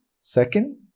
Second